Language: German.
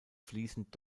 fließend